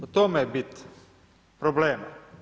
U tome je bit problema.